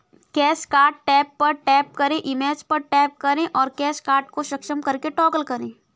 cash card tab पर tap करें, image पर टैप करें और कैश कार्ड को सक्षम करें टॉगल करें